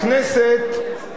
הכנסת,